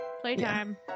Playtime